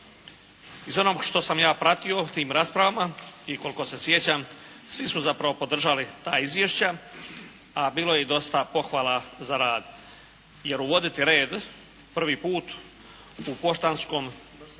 Iz onoga što sam ja pratio u tim raspravama i koliko se sjećam svi su zapravo podržali ta izvješća a bilo je i dosta pohvala za rad jer uvoditi red prvi put u poštanskom